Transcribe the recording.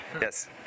Yes